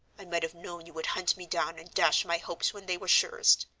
i might have known you would hunt me down and dash my hopes when they were surest.